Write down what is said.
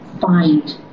find